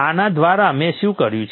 આના દ્વારા મેં શું કર્યું છે